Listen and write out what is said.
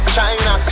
China